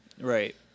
Right